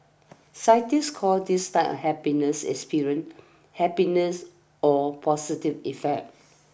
scientists call his type happiness experienced happiness or positive effect